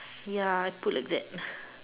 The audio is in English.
ya put like that